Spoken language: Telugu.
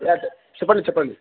లేయా చెప్పండి చెప్పండి